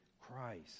Christ